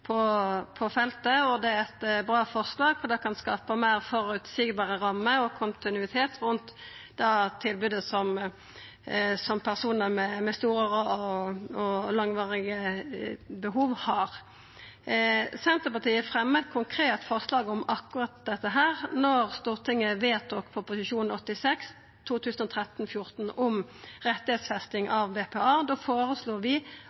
på feltet i mange kommunar i dag. Det er eit bra forslag, for det kan skapa meir føreseielege rammer og kontinuitet rundt det tilbodet som personar med store og langvarige behov har. Senterpartiet fremja eit konkret forslag om akkurat dette da Stortinget vedtok Prop. 86 L for 2013–2014 om rett til BPA. Da foreslo vi